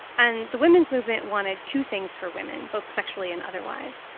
and the women's movement wanted two things for women, both sexually and otherwise.